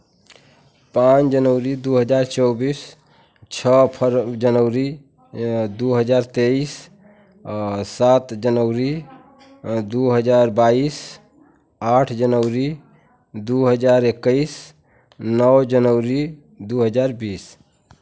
पांच जनवरी दो हज़ार चौबीस छः फर जनवरी दो हज़ार तेइस सात जनवरी दो हज़ार बाईस आठ जनवरी दो हज़ार इक्कीस नौ जनवरी दो हज़ार बीस